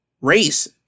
Race